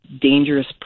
dangerous